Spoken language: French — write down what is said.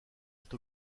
cette